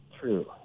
true